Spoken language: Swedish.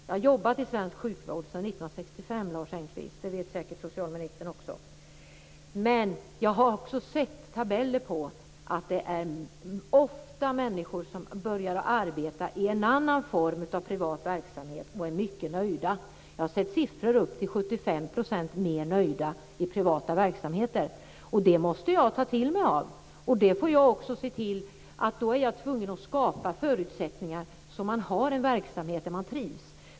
Jag har jobbat i svensk sjukvård sedan 1965. Det vet säkert socialministern också. Jag har sett tabeller på att människor som börjar arbeta i en annan form, i en privat verksamhet, ofta är mycket nöjda. Jag har sett siffror på upp till 75 % fler nöjda i privata verksamheter. Det måste jag ta till mig. Då får jag också se till att skapa förutsättningar för att man har en verksamhet där man trivs.